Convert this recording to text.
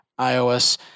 iOS